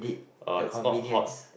uh it's not hot